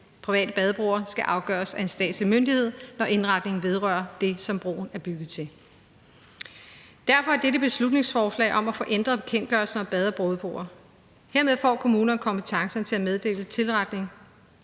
private badebroer skal afgøres af en statslig myndighed, når indretningen vedrører det, som broen er bygget til. Derfor er dette beslutningsforslag om at få ændret bekendtgørelsen om bade- og bådebroer fremsat. Hermed får kommuner kompetencen til at meddele indretning